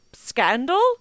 Scandal